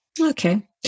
Okay